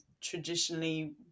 traditionally